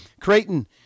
Creighton